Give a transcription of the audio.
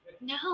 No